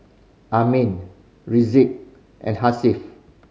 Amrin Rizqi and Hasif